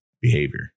behavior